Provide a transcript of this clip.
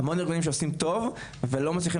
המון ארגונים שעושים טוב ולא מצליחים